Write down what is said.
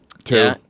Two